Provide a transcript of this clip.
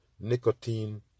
nicotine